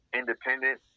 independent